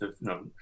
no